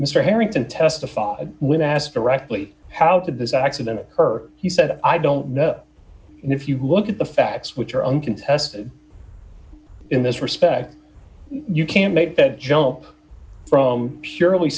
mr harrington testified when asked directly how did this accident occur he said i don't know and if you look at the facts which are uncontested in this respect you can't make the jump from purely